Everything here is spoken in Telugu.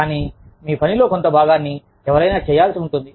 కానీ మీ పనిలో కొంత భాగాన్ని ఎవరైనా చేయాల్సి ఉంటుంది